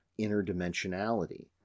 interdimensionality